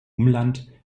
umland